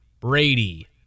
Brady